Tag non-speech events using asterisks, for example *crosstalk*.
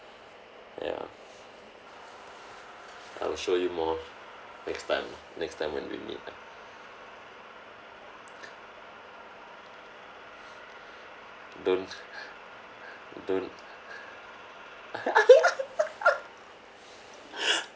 ya I will show you more next time lah next time when we meet ah don't don't *laughs*